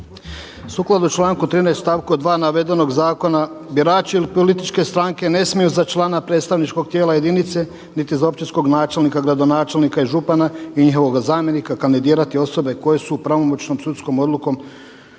sukladno članku 13. stavku 2. navedenog zakona birači ili političke stranke ne smiju za člana predstavničkog tijela jedinice, niti za općinskog načelnika, gradonačelnika i župana i njihovoga zamjenika kandidirati osobe koje su pravomoćnom sudskom odlukom